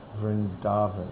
Vrindavan